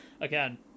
again